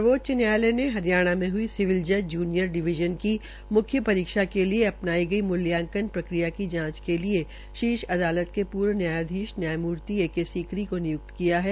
सर्वोच्च न्यायालय में सिविल जज ज्नियर डिवीजन की मुख्य परीक्षा के लिये अपनाई गई मुल्यांकन प्रक्रिया की जांच के लिये शीर्ष अदालत के पूर्व न्यायमूर्ति एक के सीकरी को नियुक्त किया है